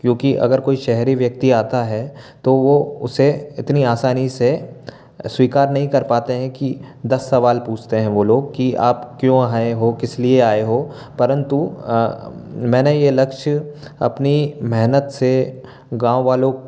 क्योंकि अगर कोई शहरी व्यक्ति आता है तो वो उसे इतनी आसानी से स्वीकार नहीं कर पाते हैं कि दस सवाल पूछते हैं वो लोग कि आप क्यों आए हो किस लिए आए हो परंतु मैंने यह लक्ष्य अपनी मेहनत से गाँव वालों